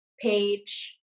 page